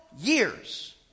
years